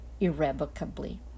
irrevocably